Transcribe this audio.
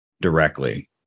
directly